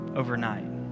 overnight